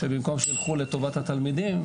שבמקום שילכו לטובת התלמידים,